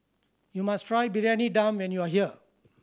you must try Briyani Dum when you are here